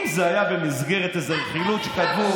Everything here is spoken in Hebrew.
אם זה היה במסגרת איזה רכילות שכתבו,